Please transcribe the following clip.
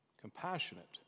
compassionate